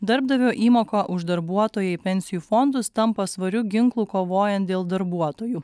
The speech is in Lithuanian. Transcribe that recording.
darbdavio įmoka už darbuotoją į pensijų fondus tampa svariu ginklu kovojant dėl darbuotojų